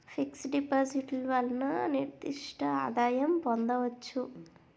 fix డిపాజిట్లు వలన నిర్దిష్ట ఆదాయం పొందవచ్చు